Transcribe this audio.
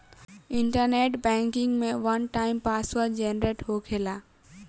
internet banking में one time password generate होखेला